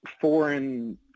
foreign